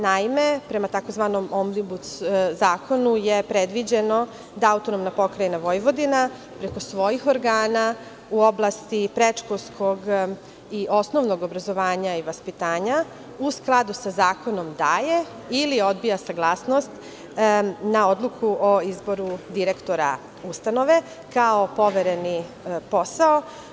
Naime, prema tzv. omnibus zakonu je predviđeno da AP Vojvodina preko svojih organa u oblasti predškolskog i osnovnog obrazovanja i vaspitanja, u skladu sa zakonom, daje ili odbija saglasnost na odluku o izboru direktora ustanove, kao povereni posao.